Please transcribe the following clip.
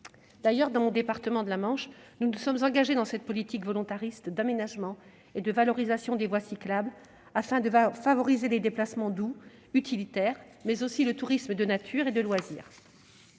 D'ailleurs, dans mon département de la Manche, nous nous sommes engagés dans cette politique volontariste d'aménagement et de valorisation des voies cyclables, afin de favoriser les déplacements doux, utilitaires, mais aussi le tourisme de nature et de loisirs.